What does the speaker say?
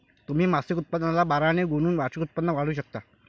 तुम्ही मासिक उत्पन्नाला बारा ने गुणून वार्षिक उत्पन्न काढू शकता